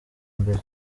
mbere